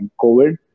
COVID